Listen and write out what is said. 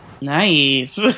Nice